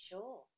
Sure